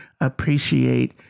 appreciate